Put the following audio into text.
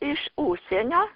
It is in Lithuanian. iš užsienio